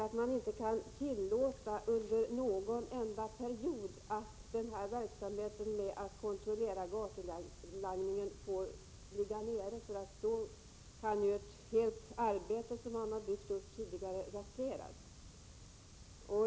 Man kan inte tillåta under någon enda period att kontrollen av gatulangningen ligger nere, för då kan det man byggt upp tidigare raseras.